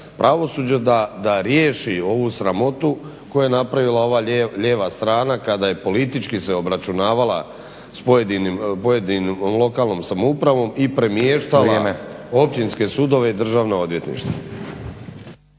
pravosuđa da riješi ovu sramotu koju je napravila ova lijeva strana kada je politički se obračunavala s pojedinom lokalnom samoupravom i premještala općinske sudove i državna odvjetništva.